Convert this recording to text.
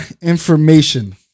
information